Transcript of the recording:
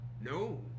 No